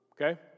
Okay